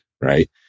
right